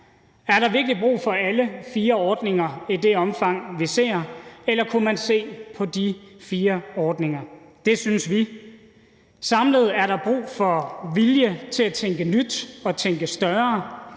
Er der virkelig brug for alle fire ordninger i det omfang, vi ser? Eller kunne man se på de fire ordninger? Det synes vi. Samlet er der brug for vilje til at tænke nyt og tænke større,